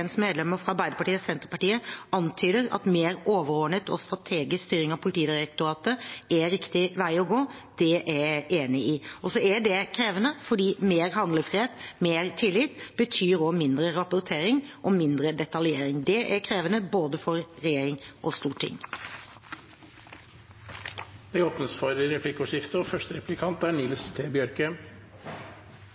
mer overordnet og strategisk styring av Politidirektoratet er riktig vei å gå. Det er jeg enig i. Det er krevende fordi mer handlefrihet, mer tillit også betyr mindre rapportering og mindre detaljering. Det er krevende for både regjering og storting. Det blir replikkordskifte. Kva for prioriteringar har vore viktigare enn IKT-kriminaliteten i perioden 2016–2019, og